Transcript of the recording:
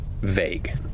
vague